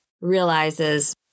realizes